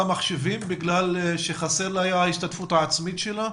מחשבים כי חסרה לה ההשתתפות העצמית שלה?